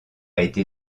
été